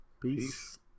Peace